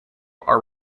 are